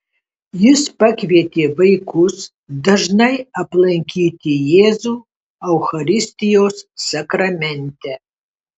jis pakvietė vaikus dažnai aplankyti jėzų eucharistijos sakramente